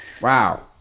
Wow